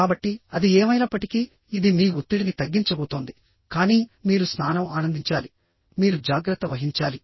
కాబట్టి అది ఏమైనప్పటికీ ఇది మీ ఒత్తిడిని తగ్గించబోతోంది కానీ మీరు స్నానం ఆనందించాలి మీరు జాగ్రత్త వహించాలి